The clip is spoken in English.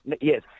Yes